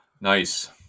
nice